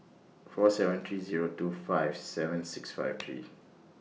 four seven three Zero two five seven six five three